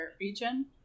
region